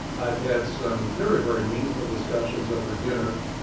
i've had some very very meaningful discussions over dinner.